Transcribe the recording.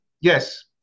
yes